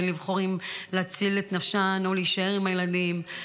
בין לבחור אם להציל את נפשן או להישאר עם הילדים.